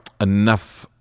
enough